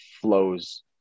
flows